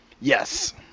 Yes